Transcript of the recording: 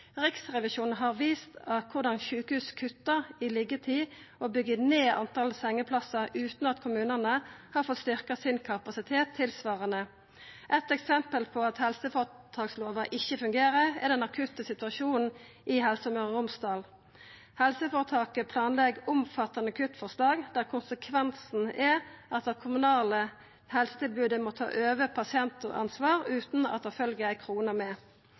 Riksrevisjonen har vist korleis sjukehus kuttar i liggjetid og byggjer ned talet på sengeplassar utan at kommunane har fått styrkt kapasiteten tilsvarande. Eit eksempel på at helseføretakslova ikkje fungerer, er den akutte situasjonen i Helse Møre og Romsdal. Helseføretaket planlegg omfattande kuttforslag der konsekvensen er at det kommunale helsetilbodet må ta over pasientansvar utan at det følgjer ei krone med.